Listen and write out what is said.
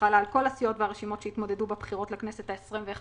וחלה על כל הסיעות והרשימות שהתמודדו בבחירות לכנסת ה-23-21,